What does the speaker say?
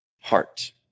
Heart